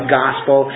gospel